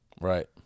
right